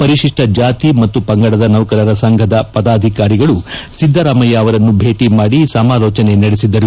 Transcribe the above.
ಪರಿಶಿಷ್ಟ ಜಾತಿ ಮತ್ತು ಪಂಗಡದ ನೌಕರರ ಸಂಘದ ಪದಾಧಿಕಾರಿಗಳು ಸಿದ್ದರಾಮಯ್ಯ ಅವರನ್ನು ಭೇಟಿ ಮಾಡಿ ಸಮಾಲೋಚನೆ ನಡೆಸಿದರು